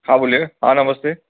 હા બોલીએ હા નમસ્તે